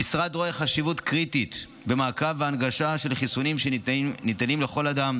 המשרד רואה חשיבות קריטית במעקב והנגשה של חיסונים שניתנים לכל אדם,